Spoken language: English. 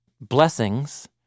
blessings